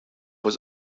was